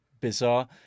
bizarre